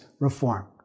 reform